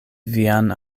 vian